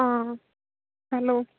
ఆ హలో